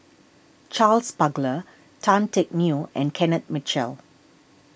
Charles Paglar Tan Teck Neo and Kenneth Mitchell